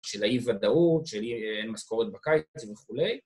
‫של האי ודאות, של אין משכורות בקיץ וכו'.